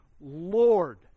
Lord